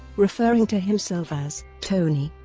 referring to himself as tony.